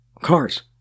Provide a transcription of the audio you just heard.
cars